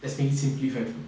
let's make it simplified